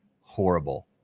horrible